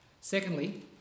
Secondly